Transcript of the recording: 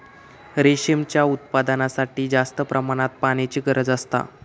रेशीमच्या उत्पादनासाठी जास्त प्रमाणात पाण्याची गरज असता